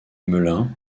melun